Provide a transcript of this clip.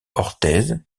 orthez